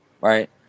Right